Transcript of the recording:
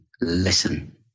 listen